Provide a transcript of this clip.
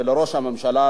לראש הממשלה,